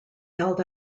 yelled